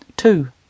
two